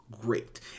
great